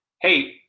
Hey